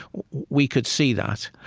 we could see that.